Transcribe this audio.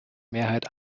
mehrheit